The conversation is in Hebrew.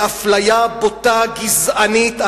לאפליה בוטה וגזענית,